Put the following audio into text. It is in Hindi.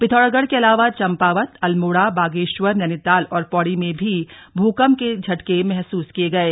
पिथौरागढ़ के अलावा चंपावत अल्मोड़ा बागेश्वर नैनीताल और पौड़ी में भी भूकंप के झटका महसूस किये गये